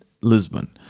Lisbon